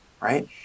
Right